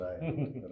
Right